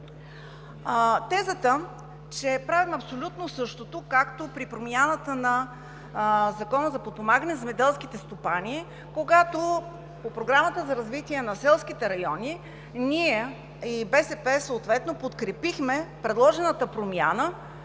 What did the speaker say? Тезата, че правим абсолютно същото, както при промяната на Закона за подпомагане на земеделските стопани, когато по Програма за развитие на селските райони 2014 – 2020 г., ние – съответно БСП, подкрепихме предложената промяна